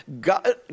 God